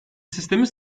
sistemi